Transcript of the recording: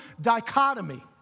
dichotomy